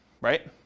right